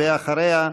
אחריה,